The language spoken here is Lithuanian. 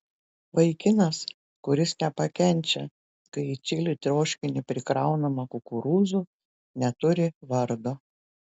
vaikinas kuris nepakenčia kai į čili troškinį prikraunama kukurūzų neturi vardo